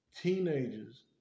teenagers